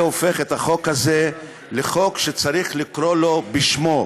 זה הופך את החוק הזה לחוק שצריך לקרוא לו בשמו: